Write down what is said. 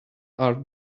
are